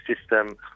system